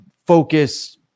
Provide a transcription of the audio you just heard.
focus